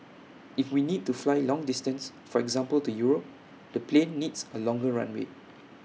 if we need to fly long distance for example to Europe the plane needs A longer runway